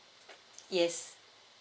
yes